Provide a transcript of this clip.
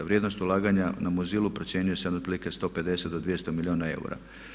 Vrijednost ulaganja na Muzilu procjenjuje se na otprilike 150 do 200 milijuna eura.